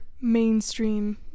mainstream